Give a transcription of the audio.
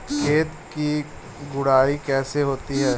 खेत की गुड़ाई कैसे होती हैं?